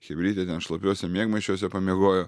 chebrytė ten šlapiuose miegmaišiuose pamiegojo